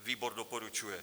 Výbor doporučuje.